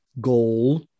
goal